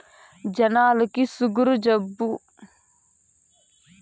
జనాలకి సుగరు జబ్బు వచ్చినంకనే కదా మల్ల సిరి ధాన్యాలు యాదికొస్తండాయి